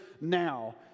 now